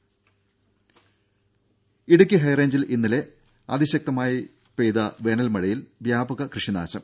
ദേദ ഇടുക്കി ഹൈറേഞ്ചിൽ ഇന്നലെ അതിശക്തമായി പെയ്ത വേനൽ മഴയിൽ വ്യാപക കൃഷി നാശം